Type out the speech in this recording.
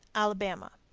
alabama.